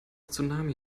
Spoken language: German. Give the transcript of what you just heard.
tsunami